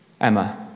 Emma